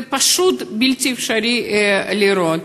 זה פשוט בלתי אפשרי לראות.